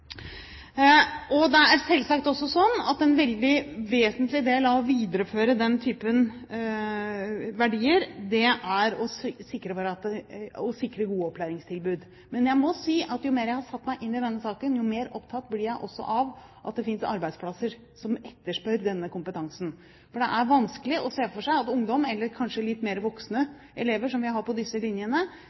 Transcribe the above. Det er selvsagt også sånn at en veldig vesentlig del av det å videreføre den type verdier er å sikre gode opplæringstilbud. Men jeg må si at jo mer jeg har satt meg inn i denne saken, jo mer opptatt blir jeg av at det også finnes arbeidsplasser som etterspør denne kompetansen. For det er vanskelig å se for seg at ungdom, eller kanskje litt mer voksne elever som vi har på disse linjene,